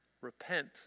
repent